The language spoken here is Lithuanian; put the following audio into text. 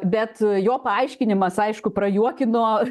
bet jo paaiškinimas aišku prajuokino